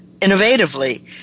innovatively